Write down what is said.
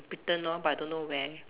Britain lor but I don't know where